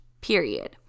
period